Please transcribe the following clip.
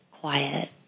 quiet